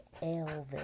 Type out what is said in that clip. Elvis